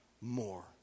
more